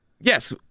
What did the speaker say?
yes